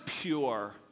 pure